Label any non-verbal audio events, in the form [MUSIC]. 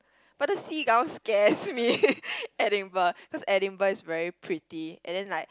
but the seagulls scares me [LAUGHS] Edinburgh cause Edinburgh is very pretty and then like